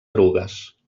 erugues